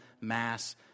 mass